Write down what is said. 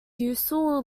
municipal